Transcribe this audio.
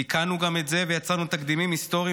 תיקנו גם את זה ויצרנו תקדימים היסטוריים